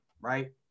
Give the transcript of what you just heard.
right